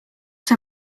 see